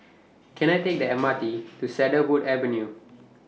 Can I Take The M R T to Cedarwood Avenue